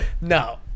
No